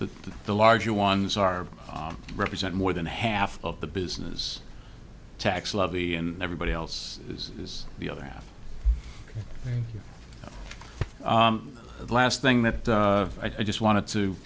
the larger ones are represent more than half of the business tax levy and everybody else is is the other half last thing that i just wanted to